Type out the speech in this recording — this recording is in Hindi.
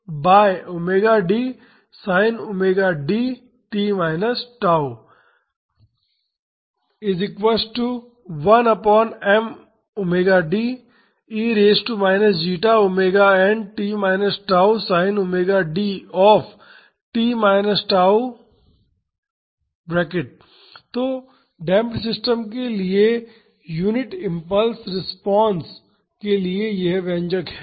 तो डेमप्ड सिस्टम के लिए यूनिट इम्पल्स रिस्पांस के लिए यह व्यंजक है